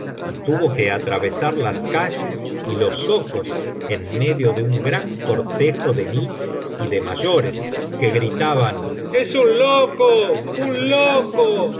y tuvo que atravesar las calles y los zocos en medio de un gran cortejo de niños y de mayores que gritaban es un loco un loco